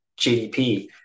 GDP